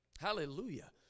Hallelujah